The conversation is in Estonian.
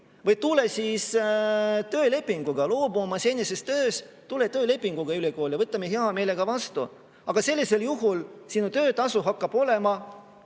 Või: "Tule siis töölepinguga, loobu oma senisest tööst, tule töölepinguga ülikooli ja me võtame sind hea meelega vastu. Aga sellisel juhul sinu töötasu hakkab olema